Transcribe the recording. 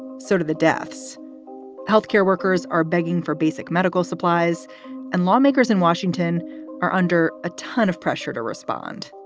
sort of the deaths health care workers are begging for basic medical supplies and lawmakers in washington are under a ton of pressure to respond